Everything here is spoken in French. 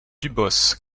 dubos